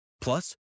Plus